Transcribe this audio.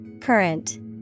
Current